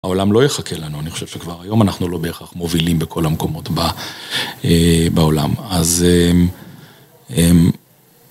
העולם לא יחכה לנו, אני חושב שכבר היום אנחנו לא בהכרח מובילים בכל המקומות בעולם אז